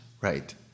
Right